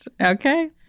Okay